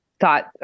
thought